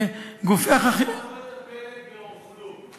המשטרה לא מטפלת ברוכלות.